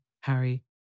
Harry